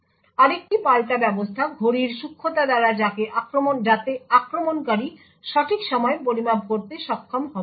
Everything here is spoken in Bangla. আরেকটি পাল্টা ব্যবস্থা ঘড়ির সূক্ষ্মতা দ্বারা যাতে আক্রমণকারী সঠিক সময় পরিমাপ করতে সক্ষম হবে না